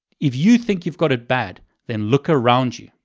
if you think you've got it bad, then look around you.